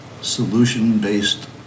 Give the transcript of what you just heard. solution-based